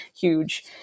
huge